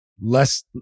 less